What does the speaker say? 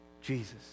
Jesus